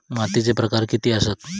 मातीचे प्रकार किती आसत?